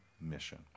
mission